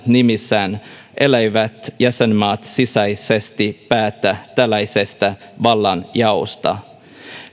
nimissään elleivät jäsenmaat sisäisesti päätä tällaisesta vallanjaosta